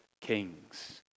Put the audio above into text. kings